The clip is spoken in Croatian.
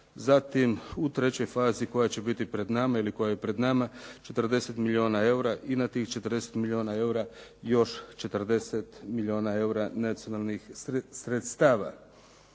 Zatim u trećoj fazi koja je pred nama, 40 milijuna eura i na tih 40 milijuna eura još 40 milijuna eura nacionalnih sredstava.